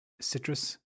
citrus